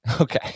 Okay